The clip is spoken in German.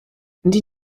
die